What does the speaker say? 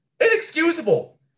inexcusable